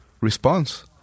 response